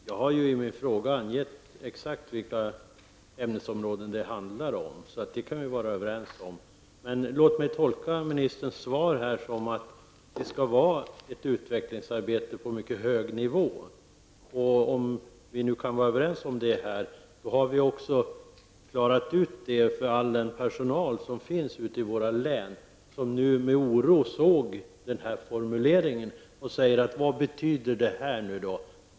Herr talman! Jag har i min fråga angett exakt vilka ämnesområden det handlar om. Detta kan vi därför vara överens om. Men låt mig tolka ministerns svar som att det skall vara ett utvecklingsarbete på mycket hög nivå. Om vi nu kan vara överens om det har vi också klarat ut det för all den personal som finns ute i våra län och som nu med oro har sett denna formulering. Dessa människor har ställt frågan: Vad betyder nu detta?